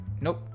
nope